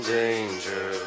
danger